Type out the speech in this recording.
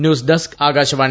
news desk Akashvani